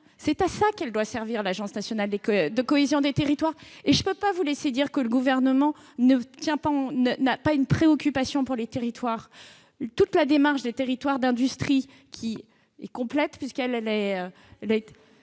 bien à cela que doit servir l'Agence nationale de la cohésion des territoires ! Je ne peux pas laisser dire que le Gouvernement n'a pas une préoccupation pour les territoires. Toute la démarche des territoires d'industrie, qui est complète, consiste